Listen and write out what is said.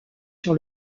sur